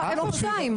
איפה שתיים?